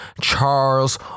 Charles